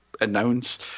announce